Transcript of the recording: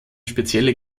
spezielle